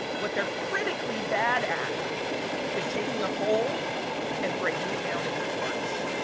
what they're critically bad at is taking a whole and breaking it down into parts.